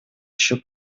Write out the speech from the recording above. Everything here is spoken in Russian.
еще